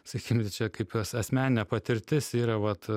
sakykim čia kaip as asmeninė patirtis yra vat